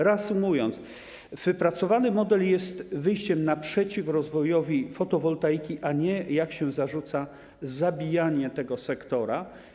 Reasumując, wypracowany model jest wyjściem naprzeciw rozwojowi fotowoltaiki, a nie, jak się zarzuca, zabijaniem tego sektora.